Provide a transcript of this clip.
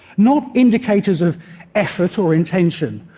not indicators of effort or intention,